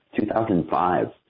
2005